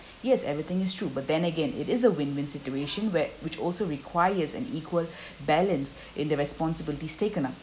yes everything is true but then again it is a win-win situation where which also requires an equal balance if the responsibilities taken up